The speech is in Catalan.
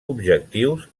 objectius